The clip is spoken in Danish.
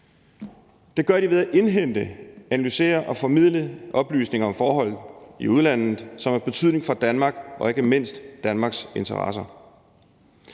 Det gør de ved at indhente, analysere og formidle oplysninger vedrørende forhold i udlandet, som har betydning for Danmark og ikke mindst Danmarks interesser.